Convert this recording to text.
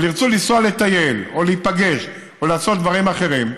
אבל ירצו לנסוע לטייל או להיפגש או לעשות דברים אחרים,